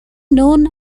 known